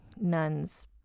nuns